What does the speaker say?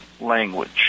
language